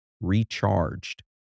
recharged